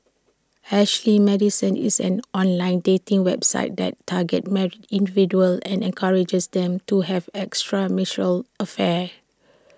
Ashley Madison is an online dating website that targets married individuals and encourages them to have affairs